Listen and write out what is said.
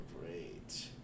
great